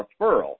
referral